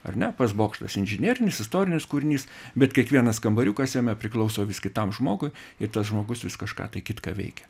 ar ne pats bokštas inžinerinis istorinis kūrinys bet kiekvienas kambariukas jame priklauso vis kitam žmogui ir tas žmogus vis kažką kitką veikia